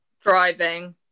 driving